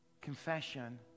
confession